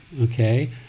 okay